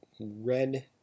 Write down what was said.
red